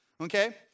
okay